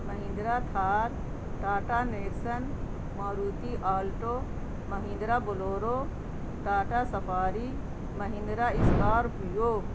Mahindra Thar Tata Nexon Maruti auto Mahindra Bolero Tata Safari Mahindra Scorpio